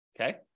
Okay